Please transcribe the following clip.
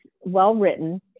well-written